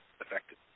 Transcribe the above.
affected